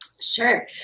Sure